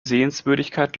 sehenswürdigkeit